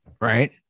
Right